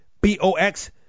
B-O-X